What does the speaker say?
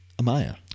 Amaya